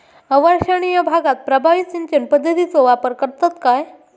अवर्षणिय भागात प्रभावी सिंचन पद्धतीचो वापर करतत काय?